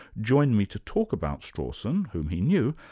joined me to talk about strawson, whom he knew,